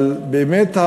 אבל באמת,